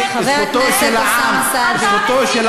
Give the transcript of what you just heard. אתה מסית מתוך כנסת ישראל.